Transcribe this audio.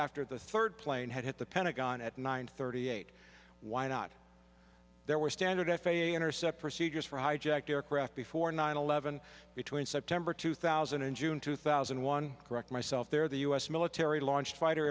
after the third plane had hit the pentagon at nine thirty eight why not there were standard f a a intercept procedures for hijacked aircraft before nine eleven between september two thousand and june two thousand and one correct myself there the u s military launched fighter